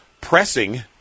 pressing